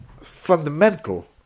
Fundamental